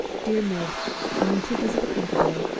dear mid i am too busy to come to-day.